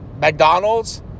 McDonald's